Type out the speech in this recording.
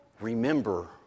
remember